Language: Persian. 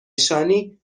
نشانی